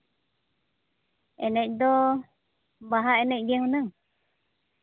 ᱮᱱᱮᱡ ᱫᱚ ᱵᱟᱦᱟ ᱮᱱᱮᱡ ᱜᱮ ᱦᱩᱱᱟᱹᱝ